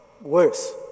worse